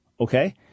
Okay